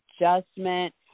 adjustment